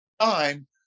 time